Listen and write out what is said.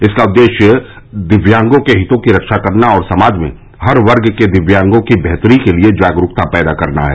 इसका उदेश्य दिव्यांगों के हितों की रक्षा करना और समाज में हर वर्ग के दिव्यांगों की बेहतरी के लिए जागरूकता पैदा करना है